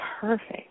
perfect